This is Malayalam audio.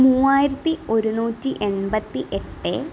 മൂവായിരത്തി ഒരുന്നൂറ്റി എണ്പത്തി എട്ട്